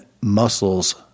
muscles